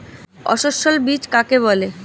অসস্যল বীজ কাকে বলে?